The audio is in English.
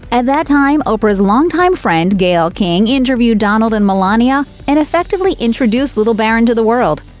at that time, oprah's longtime friend, gayle king, interviewed donald and melania, and effectively introduced little barron to the world.